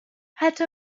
حتی